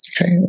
Okay